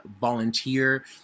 volunteer